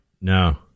No